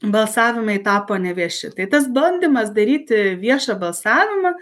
balsavimai tapo nevieši tai tas bandymas daryti viešą balsavimą